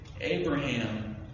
Abraham